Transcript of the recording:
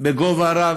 בגובה רב.